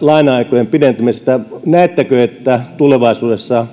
laina aikojen pidentämisessä näettekö että tulevaisuudessa